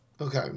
Okay